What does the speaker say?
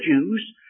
Jews